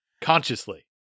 consciously